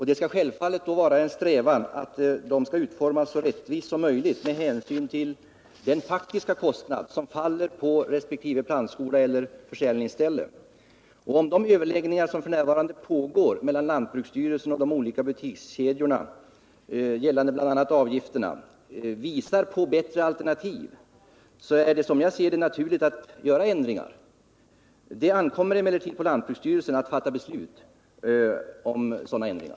Det skall självfallet vara en strävan att taxan utformas så rättvist som möjligt med hänsyn till den faktiska kostnad som faller på resp. plantskola eller försäljningsställe. Om de överläggningar som f.n. pågår mellan lantbruksstyrelsen och de olika butikskedjorna, gällande bl.a. avgifterna, visar på bättre alternativ, är det, som jag ser det, naturligt att göra ändringar. Det ankommer emellertid på lantbruksstyrelsen att fatta beslut om sådana ändringar.